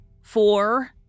four